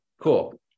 Cool